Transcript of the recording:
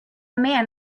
man